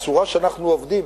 שבצורה שאנחנו עובדים